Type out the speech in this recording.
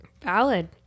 Valid